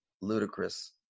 ludicrous